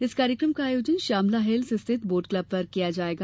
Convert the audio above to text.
इस कार्यक्रम का आयोजन श्यामला हिल्स स्थित बोट क्लब पर किया जाएगा